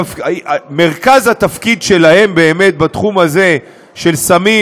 מרכז התפקיד שלהם באמת בתחום הזה של סמים